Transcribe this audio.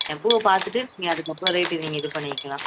என் பூவை பார்த்துட்டு நீங்கள் அதுக்கப்புறம் ரேட்டு நீங்கள் இது பண்ணிக்கலாம்